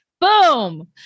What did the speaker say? Boom